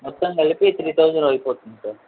మొత్తం కలిపి three thousand అయిపోతుంది సార్